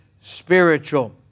spiritual